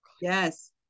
yes